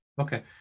Okay